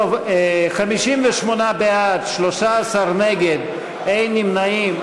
טוב, 58 בעד, 13 נגד, אין נמנעים.